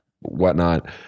whatnot